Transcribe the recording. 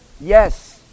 Yes